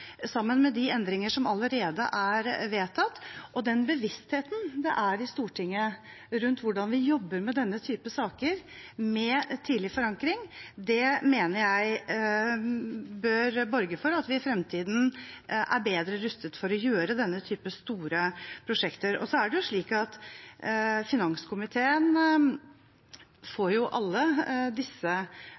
sammen med de endringer som allerede er vedtatt, og den bevisstheten det er i Stortinget rundt hvordan vi jobber med denne type saker, med tidlig forankring, bør borge for at vi i fremtiden er bedre rustet for å gjøre denne type store prosjekter. Så er det slik at finanskomiteen får alle